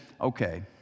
okay